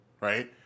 right